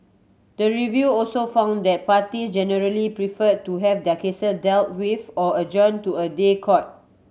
the review also found that parties generally preferred to have their cases dealt with or adjourned to a day court